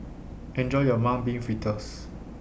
Enjoy your Mung Bean Fritters